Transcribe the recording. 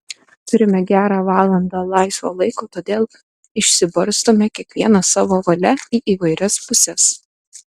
turime gerą valandą laisvo laiko todėl išsibarstome kiekvienas savo valia į įvairias puses